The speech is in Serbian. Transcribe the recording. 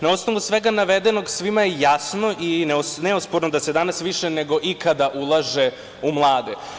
Na osnovu svega navedenog, svima je jasno i nesporno da se danas više nego ikada ulaže u mlade.